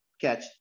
catch